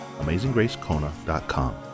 AmazingGraceKona.com